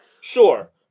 Sure